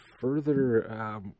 further